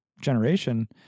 generation